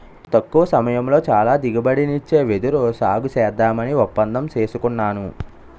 తక్కువ సమయంలో చాలా దిగుబడినిచ్చే వెదురు సాగుసేద్దామని ఒప్పందం సేసుకున్నాను